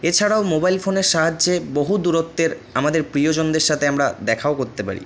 এছাড়াও মোবাইল ফোনের সাহায্যে বহু দূরত্বের আমাদের প্রিয়জনদের সাথে আমরা দেখাও করতে পারি